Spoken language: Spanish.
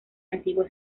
antiguo